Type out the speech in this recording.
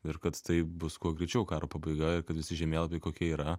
ir kad taip bus kuo greičiau karo pabaiga kad visi žemėlapiai kokie yra